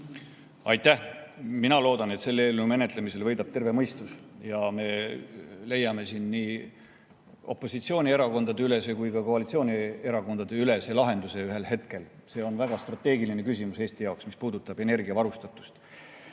Aitäh! Mina loodan, et selle eelnõu menetlemisel võidab terve mõistus ja me leiame siin ühel hetkel nii opositsioonierakondade ülese kui ka koalitsioonierakondade ülese lahenduse. See on väga strateegiline küsimus Eesti jaoks, mis puudutab energiavarustatust